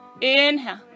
Inhale